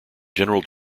general